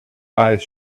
eyes